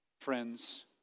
friends